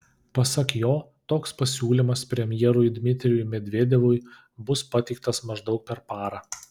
pasak jo toks pasiūlymas premjerui dmitrijui medvedevui bus pateiktas maždaug per parą